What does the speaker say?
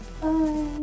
Bye